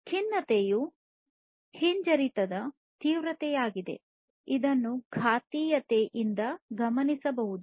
ಖಿನ್ನತೆಯು ಹಿಂಜರಿತದ ತೀವ್ರತೆಯಾಗಿದೆ ಇದನ್ನು ಘಾತೀಯತೆಯಿಂದ ಗಮನಿಸಬಹುದು